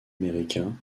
américains